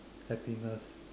happiness